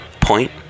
Point